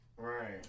Right